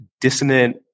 dissonant